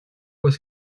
was